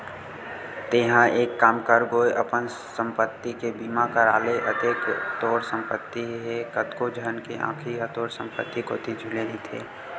तेंहा एक काम कर गो अपन संपत्ति के बीमा करा ले अतेक तोर संपत्ति हे कतको झन के आंखी ह तोर संपत्ति कोती झुले रहिथे